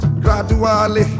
gradually